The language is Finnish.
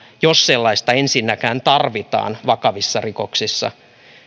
jos sellaista ensinnäkään tarvitaan vakavissa rikoksissa